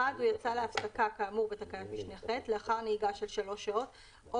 (1) הוא יצא להפסקה כאמור בתקנת משנה (ח) לאחר נהיגה של 3 שעות או